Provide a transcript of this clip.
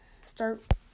start